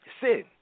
sin